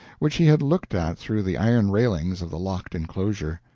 which he had looked at through the iron railing of the locked inclosure.